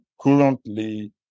currently